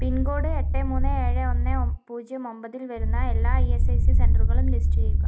പിൻ code എട്ട് മൂന്ന് ഏഴ് ഒന്ന് പൂജ്യം ഒമ്പതിൽ വരുന്ന എല്ലാ ഇ എസ് ഐ സി സെൻ്ററുകളും ലിസ്റ്റ് ചെയ്യുക